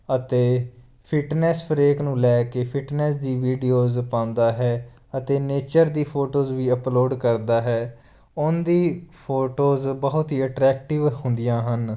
ਅਤੇ fitness break ਨੂੰ ਲੈ ਕੇ ਫਿਟਨੈਸ ਦੀ ਵੀਡੀਓਜ਼ ਪਾਉਂਦਾ ਹੈ ਅਤੇ ਨੇਚਰ ਦੀ ਫੋਟੋਜ਼ ਵੀ ਅਪਲੋਡ ਕਰਦਾ ਹੈ ਉਹਦੀ ਫੋਟੋਜ਼ ਬਹੁਤ ਹੀ ਅਟਰੈਕਟਿਵ ਹੁੰਦੀਆਂ ਹਨ